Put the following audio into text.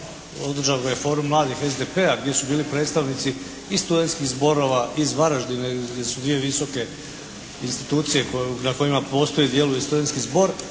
održan je Forum mladih SDP-a, gdje su bili predstavnici i studentskih zborova iz Varaždina gdje su dvije visoke institucije na kojima postoji i djeluje studentski zbor.